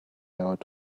out